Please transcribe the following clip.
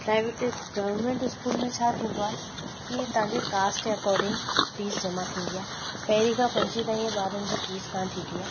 private government school में छा थींदो आहे की तव्हांजी कास्ट जे अकॉर्डिंग फ़ीस जमा थींदी आहे पेरे खां पंजे ताईं ॿारनि जी फ़ीस कोन्ह थींदी आहे